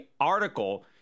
article